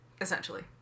Essentially